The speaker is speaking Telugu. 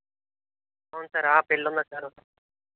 అవును సార్ పెళ్ళి ఉందా సార్ ఓకే